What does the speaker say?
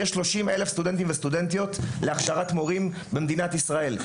ויש כ-30,000 סטודנטים וסטודנטיות להכשרת מורים במדינת ישראל.